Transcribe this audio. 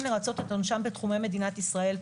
לרצות את עונשם בתחומי מדינת ישראל,